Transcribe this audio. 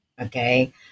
okay